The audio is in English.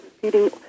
feeding